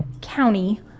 County